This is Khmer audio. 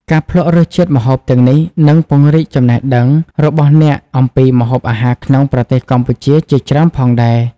ការភ្លក្សរសជាតិម្ហូបទាំងនេះនឹងពង្រីកចំណេះដឹងរបស់អ្នកអំពីម្ហូបអាហារក្នុងប្រទេសកម្ពុជាជាច្រើនផងដែរ ។